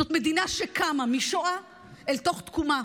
זאת מדינה שקמה משואה אל תוך תקומה,